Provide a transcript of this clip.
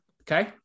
Okay